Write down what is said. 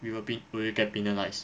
we will be we will get penalised